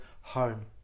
home